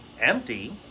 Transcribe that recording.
empty